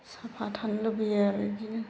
साफा थानो लुबैयो आरो बिदिनो